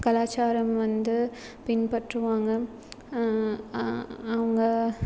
கலாச்சாரம் வந்து பின்பற்றுவாங்க அங்கே